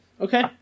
Okay